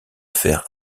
faire